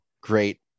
great